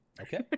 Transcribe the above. Okay